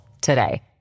today